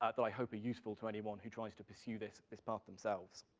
ah that i hope are useful to anyone who tries to pursue this this path themselves.